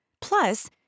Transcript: Plus